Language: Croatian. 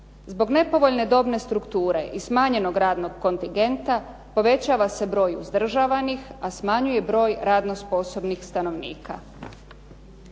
Zbog nepovoljne dobne strukture i smanjenog radnog kontigenta povećava se broj uzdržavanih, a smanjuje broj radno sposobnih stanovnika.